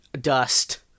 dust